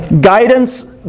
guidance